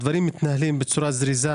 הדברים מתנהלים בצורה זריזה.